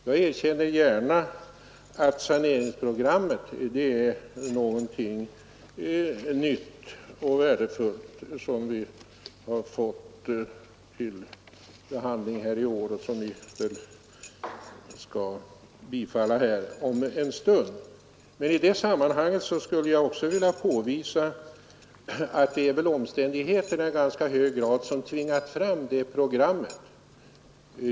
Jag erkänner gärna att det saneringsprogram som vi fått till behandling i år och som vi kommer att bifalla om en stund är något nytt och värdefullt. Men i detta sammanhang skulle jag också vilja påvisa att det i ganska hög grad är omständigheterna som tvingat fram detta program.